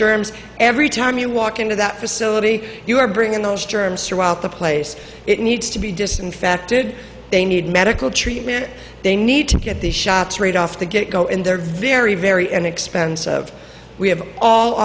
germs every time you walk into that facility you are bringing those germs throughout the place it needs to be disinfected they need medical treatment they need to get the shots right off the get go in there very very an expense of we have all